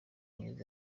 myiza